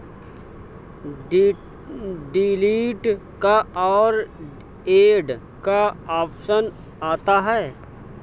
delete का और add का ऑप्शन आता है